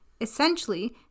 Essentially